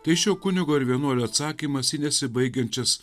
tai šio kunigo ir vienuolio atsakymas į nesibaigiančias